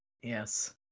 Yes